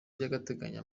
by’agateganyo